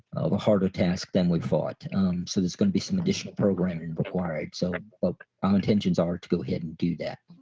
of a harder task than we thought so there's gonna be some additional programming required so our but um intentions are to go ahead and do that.